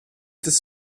des